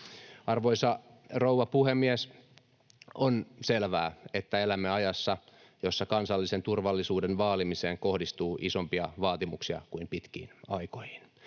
Arvoisa rouva puhemies! On selvää, että elämme ajassa, jossa kansallisen turvallisuuden vaalimiseen kohdistuu isompia vaatimuksia kuin pitkiin aikoihin.